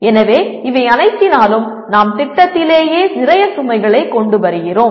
எனவே இவை அனைத்தினாலும் நாம் திட்டத்திலேயே நிறைய சுமைகளை கொண்டு வருகிறோம்